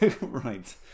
right